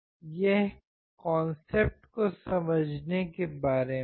यह कॉन्सेप्ट को समझने के बारे में है